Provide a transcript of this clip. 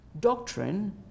Doctrine